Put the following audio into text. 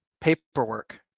paperwork